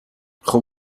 خوب